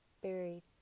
Buried